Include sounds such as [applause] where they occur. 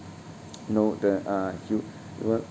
[noise] know the uh hu~